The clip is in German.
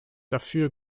dafür